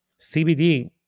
CBD